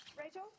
Rachel